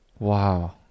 wow